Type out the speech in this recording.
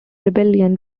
rebellion